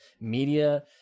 media